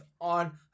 on